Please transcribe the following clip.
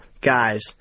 Guys